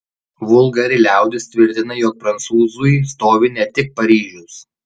vulgari liaudis tvirtina jog prancūzui stovi ne tik paryžius